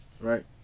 Right